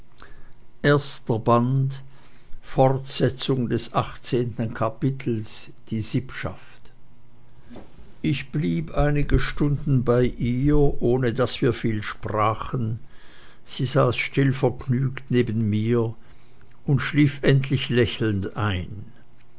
ich blieb einige stunden bei ihr ohne daß wir viel sprachen sie saß stillvergnügt neben mir und schlief endlich lächelnd ein